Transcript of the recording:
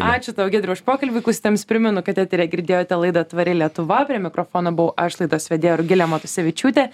ačiū tau giedriau už pokalbį klausytojiems primenu kad eteryje girdėjote laidą tvari lietuva prie mikrofono buvau aš laidos vedėja rugilė matusevičiūtė